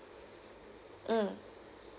mm